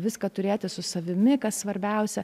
viską turėti su savimi kas svarbiausia